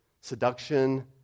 seduction